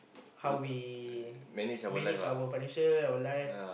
how we manage our financial our life